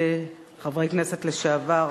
חברי הכנסת לשעבר,